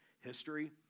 history